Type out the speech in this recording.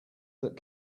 that